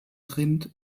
rind